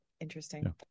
Interesting